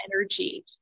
energy